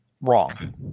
Wrong